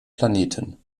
planeten